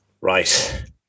Right